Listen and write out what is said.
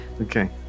Okay